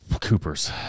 Cooper's